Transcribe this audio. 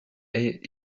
est